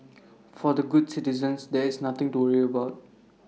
for the good citizens there is nothing to worry about